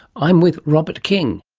i'm with robert king.